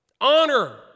Honor